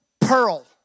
pearl